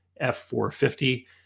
F450